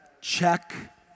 check